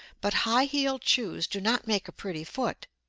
but high-heeled shoes do not make a pretty foot.